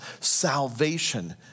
salvation